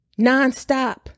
nonstop